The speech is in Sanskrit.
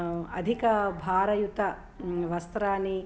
अधिकभारयुत वस्त्रानि